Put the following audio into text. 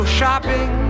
Shopping